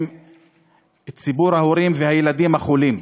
עם ציבור ההורים והילדים החולים,